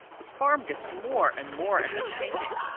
the farm gets more and more entertaining.